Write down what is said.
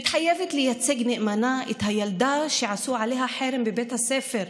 אני מתחייבת לייצג נאמנה את הילדה שעשו עליה חרם בבית הספר,